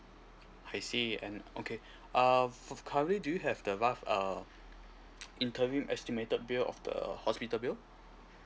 I see and okay uh f~ currently do you have the what uh intervene estimated bill of the hospital bill